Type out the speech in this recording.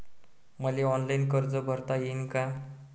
मले ऑनलाईन कर्ज भरता येईन का?